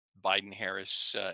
Biden-Harris